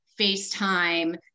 FaceTime